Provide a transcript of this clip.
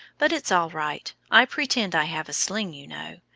but it's all right i pretend i have a sling, you know.